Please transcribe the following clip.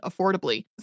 affordably